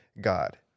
God